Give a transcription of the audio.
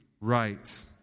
right